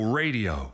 radio